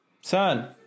Son